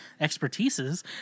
expertises